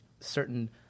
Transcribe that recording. certain